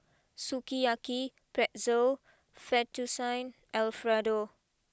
Sukiyaki Pretzel Fettuccine Alfredo